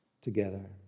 together